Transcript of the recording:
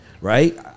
right